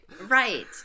Right